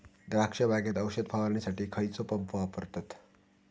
द्राक्ष बागेत औषध फवारणीसाठी खैयचो पंप वापरतत?